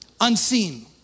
unseen